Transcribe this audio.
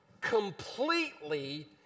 completely